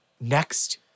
Next